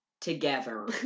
Together